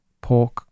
pork